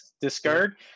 discard